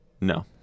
No